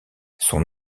son